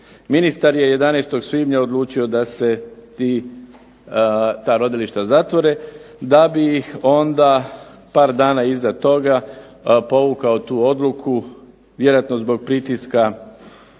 Ministar je 11. svibnja odlučio da se ta rodilišta zatvore da bi ih onda par dana iza toga povukao tu odluku, vjerojatno zbog pritiska